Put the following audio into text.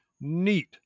Neat